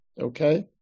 Okay